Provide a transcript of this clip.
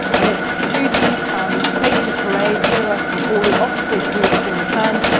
and it's toosey um taking the parade, here are all the officers who have been returned,